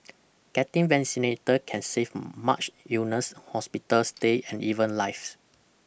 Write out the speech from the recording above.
getting vaccinated can save much illness hospital stay and even lives